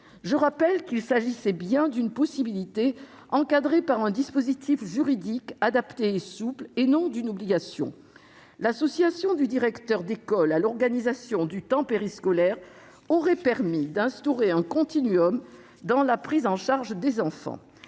Je rappelle qu'il s'agissait bien d'une possibilité, encadrée par un dispositif juridique adapté et souple, et non d'une obligation. L'association du directeur d'école à l'organisation du temps périscolaire aurait permis d'instaurer un continuum dans la prise en charge des enfants.